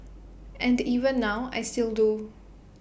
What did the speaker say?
and even now I still do